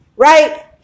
Right